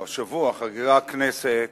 או השבוע, חגגה הכנסת